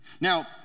Now